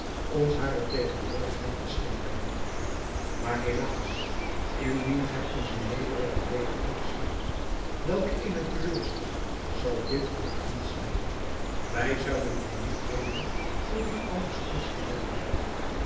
ons hare tegenwoordigheid te schenken maar helaas indien gij onze nederige bede afslaat welk eene teleurstelling zal dit voor ons zijn wij zouden dan niet weten tot wie anders ons te wenden